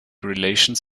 relations